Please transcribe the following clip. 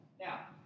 Now